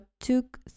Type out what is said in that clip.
took